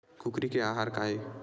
कुकरी के आहार काय?